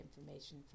information